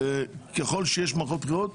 ככל שיש מערכות בחירות,